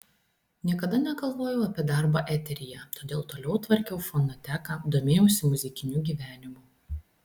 niekada negalvojau apie darbą eteryje todėl toliau tvarkiau fonoteką domėjausi muzikiniu gyvenimu